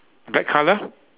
black colour